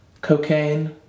Cocaine